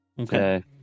okay